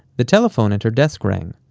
the telephone at her desk rang.